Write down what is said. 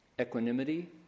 equanimity